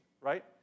right